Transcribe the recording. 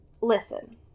listen